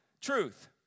Truth